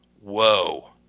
whoa